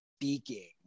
speaking